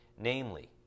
Namely